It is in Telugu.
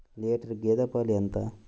లీటర్ గేదె పాలు ఎంత?